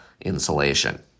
insulation